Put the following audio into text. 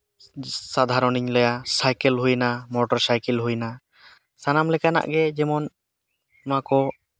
ᱥᱟᱫᱷᱟᱨᱚᱱᱮᱧ ᱞᱟᱹᱭᱟ ᱥᱟᱭᱠᱮᱞ ᱦᱩᱭᱱᱟ motor cycle ᱦᱩᱭᱱᱟ ᱥᱟᱱᱟᱢ ᱞᱮᱠᱟᱱᱜ ᱜᱮ ᱡᱮᱢᱚᱱ ᱚᱱᱟ ᱠᱚ